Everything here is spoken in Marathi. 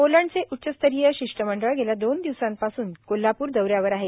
पोलंड चे उच्चस्तरीय शिष्टमंडळ गेल्या दोन दिवसांपासून कोल्हापूर दौऱ्यावर आहे